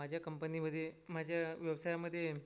माझ्या कंपनीमध्ये माझ्या व्यवसायामध्ये